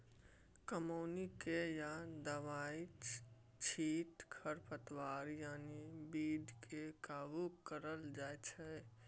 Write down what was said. कमौनी कए या दबाइ छीट खरपात यानी बीड केँ काबु कएल जाइत छै